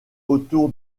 autour